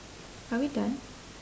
are we done